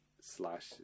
slash